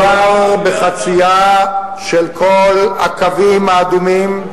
מדובר בחצייה של כל הקווים האדומים,